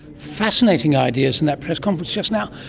fascinating ideas in that press conference just now.